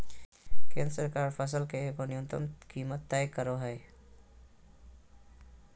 केंद्र सरकार फसल के एगो न्यूनतम कीमत तय करो हइ